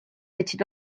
võtsid